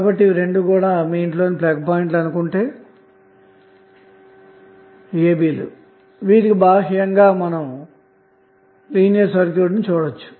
కాబట్టి ఇవి రెండుమీ ఇంట్లోనిప్లగ్పాయింట్లుఅనుకొంటే వీటికి బాహ్యంగా మీరు లీనియర్ సర్క్యూట్ను చూడవచు